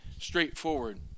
straightforward